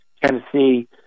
Tennessee